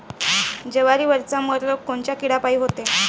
जवारीवरचा मर रोग कोनच्या किड्यापायी होते?